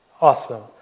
awesome